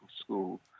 school